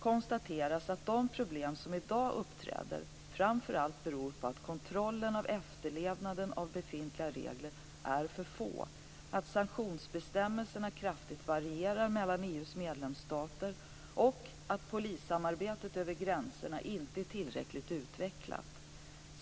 1997 98:266) konstateras att de problem som i dag uppträder framför allt beror på att kontrollerna av efterlevnaden av befintliga regler är för få, att sanktionsbestämmelserna kraftigt varierar mellan EU:s medlemsstater och att polissamarbetet över gränserna inte är tillräckligt utvecklat.